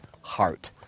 heart